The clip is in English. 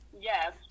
Yes